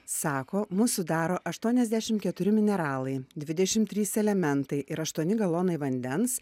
sako mus sudaro aštuoniasdešim keturi mineralai dvidešim trys elementai ir aštuoni galonai vandens